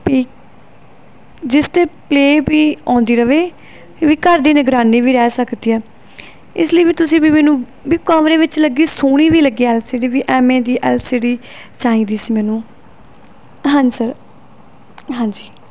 ਪੀ ਜਿਸ 'ਤੇ ਪਲੇ ਵੀ ਆਉਂਦੀ ਰਹੇ ਵੀ ਘਰ ਦੀ ਨਿਗਰਾਨੀ ਵੀ ਰਹਿ ਸਕਦੀ ਆ ਇਸ ਲਈ ਵੀ ਤੁਸੀਂ ਵੀ ਮੈਨੂੰ ਵੀ ਕਮਰੇ ਵਿੱਚ ਲੱਗੀ ਸੋਹਣੀ ਵੀ ਲੱਗੀ ਐਲ ਸੀ ਡੀ ਵੀ ਐਵੇਂ ਦੀ ਐਲ ਸੀ ਡੀ ਚਾਹੀਦੀ ਸੀ ਮੈਨੂੰ ਹਾਂਜੀ ਸਰ ਹਾਂਜੀ